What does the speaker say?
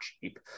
cheap